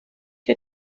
que